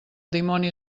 dimoni